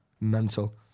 mental